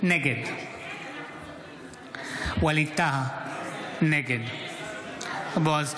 נגד ווליד טאהא, נגד בועז טופורובסקי,